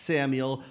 Samuel